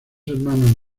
hermanos